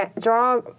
draw